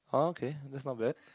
okay that's not bad